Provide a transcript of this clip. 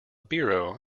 biro